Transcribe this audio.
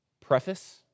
preface